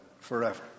forever